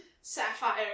sapphire